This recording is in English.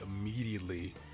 immediately